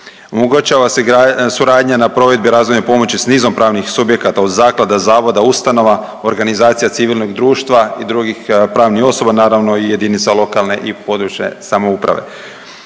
Omogućava se suradnja na provedbi razvojne pomoći sa nizom pravnih subjekata od zaklada, zavoda, ustanova, organizacija civilnog društva i drugih pravnih osoba naravno i jedinica lokalne i područne samouprave.